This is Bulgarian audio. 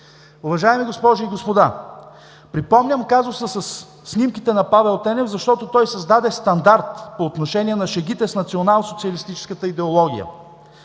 Уважаеми госпожи и господа! Припомням казуса със снимките на Павел Тенев, защото той създаде стандарт по отношение на шегите с националсоциалистическата идеология.